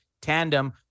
tandem